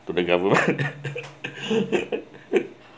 the government